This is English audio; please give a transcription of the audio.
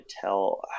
tell